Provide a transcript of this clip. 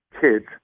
kids